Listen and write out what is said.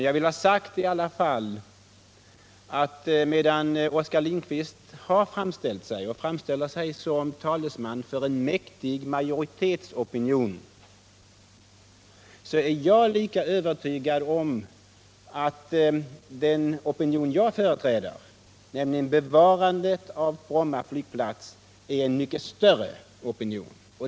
Jag vill i alla fall ha sagt att medan Oskar Lindkvist har framställt sig och framställer sig som talesman för en mäktig majoritetsopinion, så är jag lika övertygad om att den opinion jag företräder, nämligen opinionen för bevarande av Bromma flygplats, är mycket större.